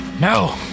No